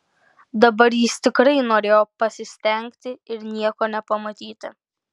dabar jis tikrai norėjo pasistengti ir nieko nepamatyti